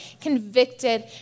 convicted